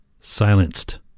silenced